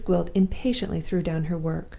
miss gwilt impatiently threw down her work.